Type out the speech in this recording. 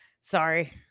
Sorry